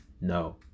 No